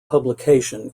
publication